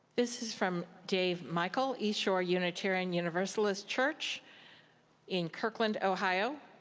this is from dave michael, east shore unitarian universalist church in kirkland, ohio.